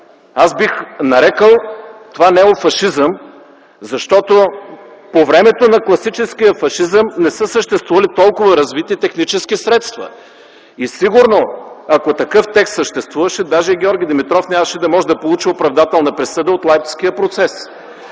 Аз бих нарекъл това неофашизъм, защото по времето на класическия фашизъм не са съществували толкова развити технически средства и сигурно, ако такъв текст съществуваше, даже и Георги Димитров нямаше да може да получи оправдателна присъда от Лайпцигския процес.